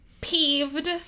peeved